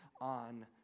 on